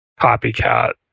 copycat